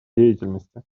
деятельности